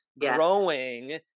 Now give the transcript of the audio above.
growing